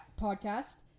podcast